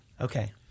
Okay